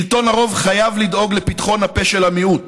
שלטון הרוב חייב לדאוג לפתחון הפה של המיעוט.